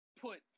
put